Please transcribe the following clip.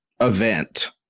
event